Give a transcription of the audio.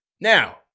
Now